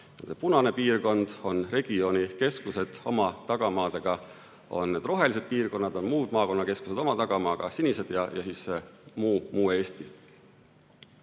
punane piirkond, regioonikeskused oma tagamaaga, need on rohelised piirkonnad, muud maakonnakeskused oma tagamaaga on sinised ja siis on muu Eesti.